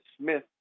Smith